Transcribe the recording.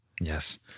Yes